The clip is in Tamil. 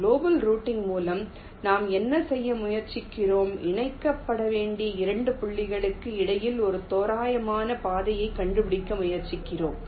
குளோபல் ரூட்டிங் மூலம் நாம் என்ன செய்ய முயற்சிக்கிறோம் இணைக்கப்பட வேண்டிய 2 புள்ளிகளுக்கு இடையில் ஒரு தோராயமான பாதையை கண்டுபிடிக்க முயற்சிக்கிறோம்